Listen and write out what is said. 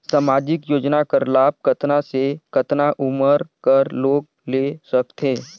समाजिक योजना कर लाभ कतना से कतना उमर कर लोग ले सकथे?